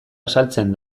azaltzen